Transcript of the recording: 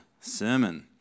sermon